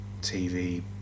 TV